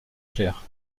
clair